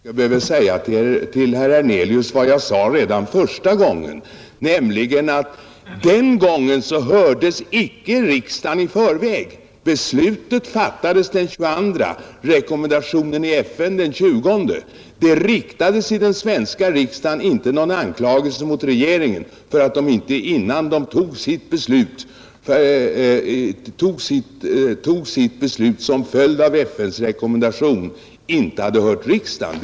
Herr talman! Jag förstår inte hur många gånger jag skall behöva upprepa för herr Hernelius vad jag sade redan i mitt första anförande, nämligen att den gången hördes inte riksdagen i förväg. Beslutet fattades den 22, rekommendationen i FN utfärdades den 20. Det riktades i den svenska riksdagen ingen anklagelse mot regeringen för att den inte innan den fattade sitt beslut som följd av FN:s rekommendation hade hört riksdagen.